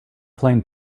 playing